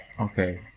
Okay